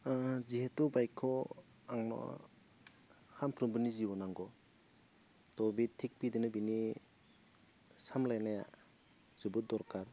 जिहेतु बाइकखौ आंनो सानफ्रोमबोनि जिउआव नांगौ त' बे थिक बिदिनो बिनि सामलायनाया जोबोद दरकार